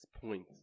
points